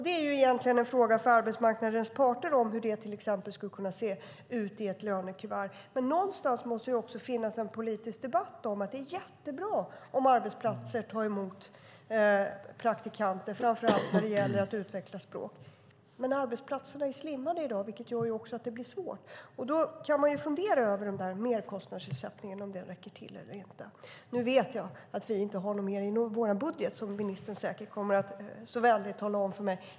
Det är egentligen en fråga för arbetsmarknadens parter hur det till exempel skulle kunna se ut i ett lönekuvert, men någonstans måste det också finnas en politisk debatt om att det är jättebra om arbetsplatser tar emot praktikanter, framför allt när det gäller att utveckla språk. Men arbetsplatserna är slimmade i dag, vilket gör att det blir svårt. Då kan man fundera över om den där merkostnadsersättningen räcker till eller inte. Nu vet jag att vi inte har något mer i vår budget, som ministern säkert vänligt kommer att tala om för mig.